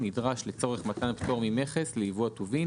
הנדרש לצורך מתן פטור ממכס לייבוא הטובין,